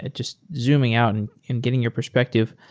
and just zooming out and and getting your perspective.